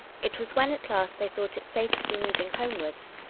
it was when at last they thought it safe to be moving homewards,